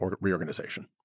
reorganization